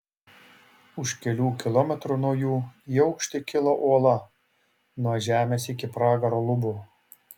už kelių kilometrų nuo jų į aukštį kilo uola nuo žemės iki pragaro lubų